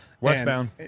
westbound